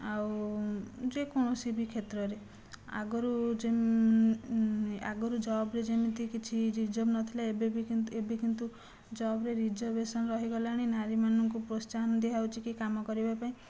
ଆଉ ଯେକୌଣସି ବି କ୍ଷେତ୍ରରେ ଆଗରୁ ଯେ ଆଗରୁ ଜବ୍ରେ ଯେମିତି କିଛି ରିର୍ଜବ ନଥିଲା ଏବେ ବି କିନ୍ତୁ ଏବେ କିନ୍ତୁ ଜବ୍ରେ ରିଜର୍ବେସନ ରହିଗଲାଣି ନାରୀମାନଙ୍କୁ ପ୍ରୋତ୍ସାହନ ଦିଆ ହେଉଛିକି କାମ କରିବାପାଇଁ